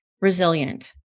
resilient